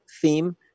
theme